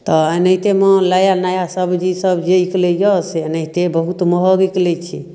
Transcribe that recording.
तऽ एनाहितेमे नया नया सब्जी सब जे निकलैय से एनाहिते बहुत महग निकलै छै